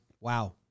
wow